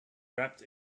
wrapped